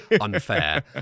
unfair